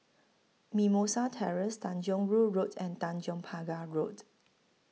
Mimosa Terrace Tanjong Rhu Road and Tanjong Pagar Road